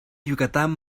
yucatán